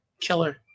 Killer